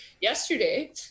yesterday